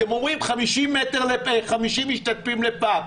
אתם אומרים: 50 משתתפים לפאב.